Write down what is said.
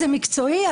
זה מקצועי,